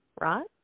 Right